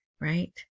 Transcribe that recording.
right